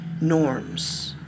norms